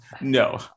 No